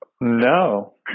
no